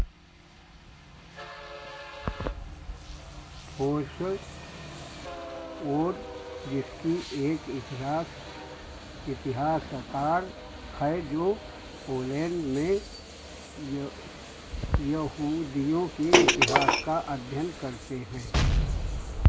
एक इतिहास इतिहासकार हैं जो पोलैंड में यहूदियों के इतिहास का अध्ययन करते हैं